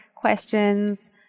questions